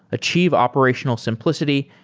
achieve operational simplicity,